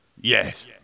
Yes